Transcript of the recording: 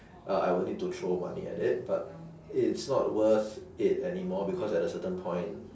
uh I would need to throw money at it but it's not worth it anymore because at a certain point